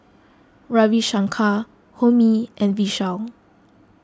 Ravi Shankar Homi and Vishal